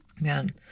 man